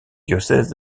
diocèse